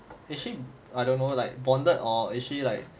actually I don't know like bonded or actually like